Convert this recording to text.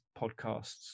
podcasts